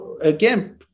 again